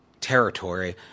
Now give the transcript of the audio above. territory